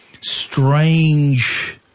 strange